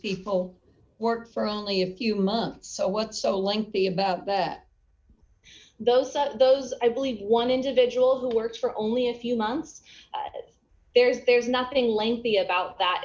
people work for only a few months so what so lengthy about those those i believe one individual who works for only a few months there is there's nothing lengthy about that